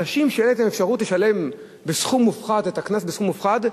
אנשים שתהיה להם אפשרות לשלם את הקנס בסכום מופחת,